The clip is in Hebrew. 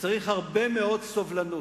וצריך הרבה מאוד סובלנות.